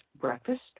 breakfast